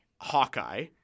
Hawkeye